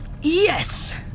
Yes